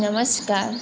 નમસ્કાર